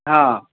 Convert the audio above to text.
हँ